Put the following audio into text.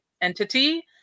entity